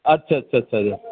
અચ્છા અચ્છા અચ્છા